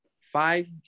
five